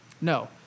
No